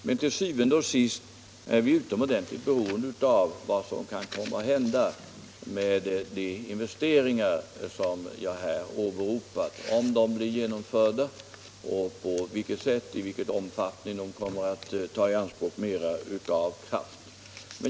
Men til syvende og sidst är vi utomordentligt beroende av vad som kan komma att hända med de investeringar som jag här åberopat - om de blir genomförda och i vilken omfattning de kommer att ta i anspråk mer kraft.